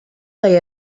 they